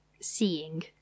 seeing